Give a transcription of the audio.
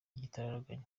igitaraganya